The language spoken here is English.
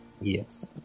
Yes